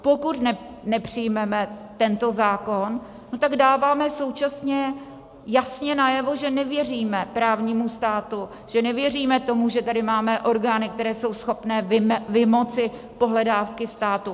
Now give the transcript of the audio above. Pokud nepřijmeme tento zákon, tak dáváme současně jasně najevo, že nevěříme právnímu státu, že nevěříme tomu, že tady máme orgány, které jsou schopné vymoci pohledávky státu.